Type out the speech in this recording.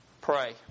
pray